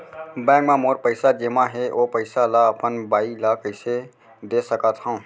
Bank म मोर पइसा जेमा हे, ओ पइसा ला अपन बाई ला कइसे दे सकत हव?